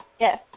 Yes